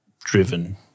driven